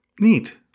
Neat